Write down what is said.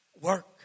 work